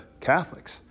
Catholics